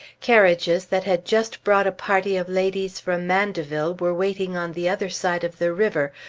carriages that had just brought a party of ladies from mandeville were waiting on the other side of the river,